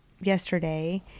yesterday